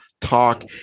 talk